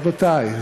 רבותי.